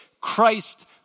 Christ